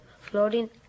floating